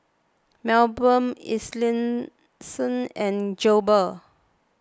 Milburn Ellison and Goebel